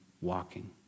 walking